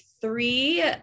three